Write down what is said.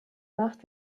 macht